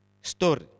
story